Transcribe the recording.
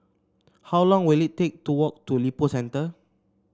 how long will it take to walk to Lippo Centre